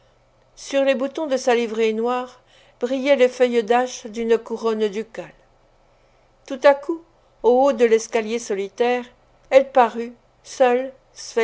sur les boutons de sa livrée noire brillaient les feuilles d'ache d'une couronne ducale tout à coup au haut de l'escalier solitaire elle parut seule